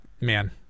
man